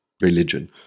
religion